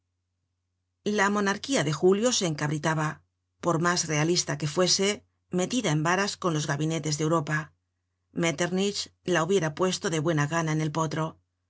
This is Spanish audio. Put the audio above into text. misma la monarquía de julio se encabritaba por mas realista que fuese metida en varas con los gabinetes de europa metternich la hubiera puesto de buena gana en el potro